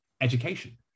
education